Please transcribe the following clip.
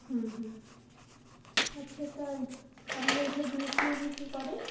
হুম হুম আচ্ছা তা আপনারা এইসব জিনিস নিয়ে গিয়ে কী করেন